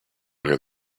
near